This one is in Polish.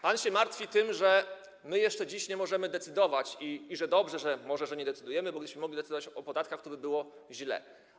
Pan się martwi tym, że my jeszcze dziś nie możemy decydować, mówi, że to może dobrze, że nie decydujemy, bo gdybyśmy mogli decydować o podatkach, to by było źle.